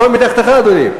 הכול מתחתיך, אדוני.